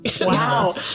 Wow